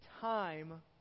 time